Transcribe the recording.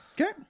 Okay